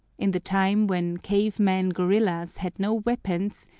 in the time when cave-men-gorillas had no weapons,